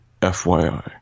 FYI